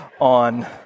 on